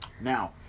Now